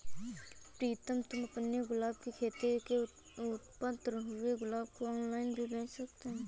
प्रीतम तुम अपने गुलाब की खेती से उत्पन्न हुए गुलाब को ऑनलाइन भी बेंच सकते हो